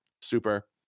Super